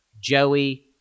Joey